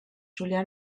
julian